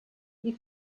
you